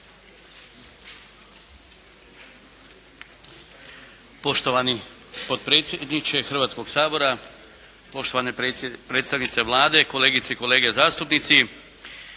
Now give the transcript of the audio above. Poštovani potpredsjedniče Hrvatskoga sabora, poštovane predstavnice Vlade, kolegice i kolege zastupnici.